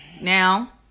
Now